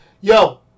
Yo